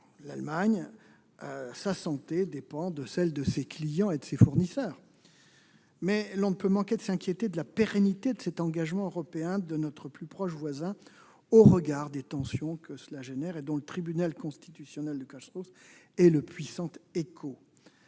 l'Allemagne dépend de celle de ses clients et de ses fournisseurs. Cela étant, on ne peut manquer de s'inquiéter de la pérennité de l'engagement européen de notre plus proche voisin, au regard des tensions qu'il provoque, et dont le tribunal constitutionnel de Karlsruhe donne un puissant écho.